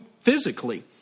physically